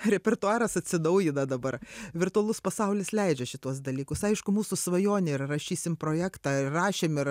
repertuaras atsinaujina dabar virtualus pasaulis leidžia šituos dalykus aišku mūsų svajonė ir rašysim projektą ir rašėm ir